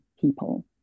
people